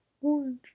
Orange